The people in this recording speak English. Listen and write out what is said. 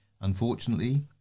Unfortunately